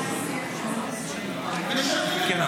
משקרים --- כן,